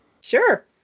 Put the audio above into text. Sure